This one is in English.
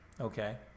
Okay